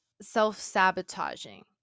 self-sabotaging